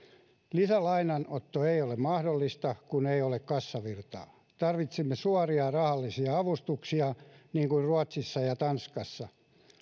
lisälainanotto ei ole mahdollista kun ei ole kassavirtaa tarvitsemme suoria rahallisia avustuksia niin kuin ruotsissa ja tanskassa